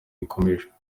ikomeje